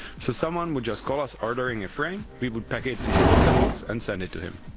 so someone would just call us ordering a frame, we would pack it in a pizza box and send it to him.